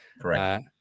Correct